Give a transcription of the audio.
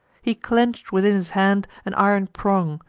he clench'd within his hand an iron prong,